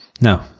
No